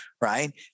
right